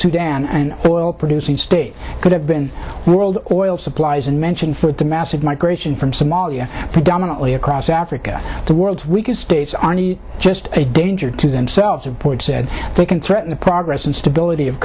sudan and oil producing states could have been world oil supplies and mention food to massive migration from somalia predominantly across africa the worlds we can states aren't just a danger to themselves of port said they can threaten the progress and stability of